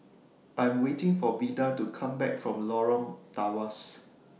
I'm waiting For Vida to Come Back from Lorong Tawas